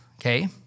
Okay